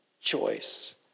choice